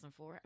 2004